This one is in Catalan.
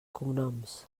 cognoms